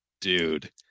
dude